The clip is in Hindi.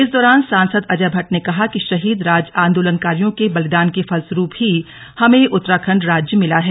इस दौरान सांसद अजय भट्ट ने कहा कि शहीद राज्य आंदोलनकारियों के बलिदान के फलस्वरूप ही हमें उत्तराखण्ड राज्य मिला है